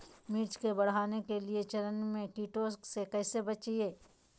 मिर्च के बढ़ने के चरण में कीटों से कैसे बचये?